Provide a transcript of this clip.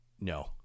No